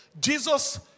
Jesus